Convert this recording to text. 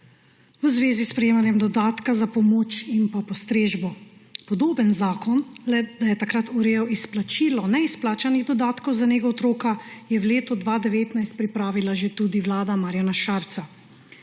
v zvezi s prejemanjem dodatka za pomoč in postrežbo. Podoben zakon, le da je takrat urejal izplačilo neizplačanih dodatkov za nego otroka, je v letu 2019 pripravila že tudi vlada Marjana Šarca.